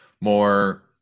more